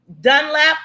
Dunlap